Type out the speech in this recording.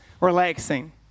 relaxing